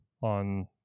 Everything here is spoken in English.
on